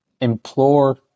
implore